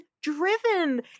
driven